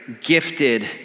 gifted